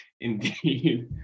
Indeed